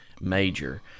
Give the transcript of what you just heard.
major